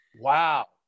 Wow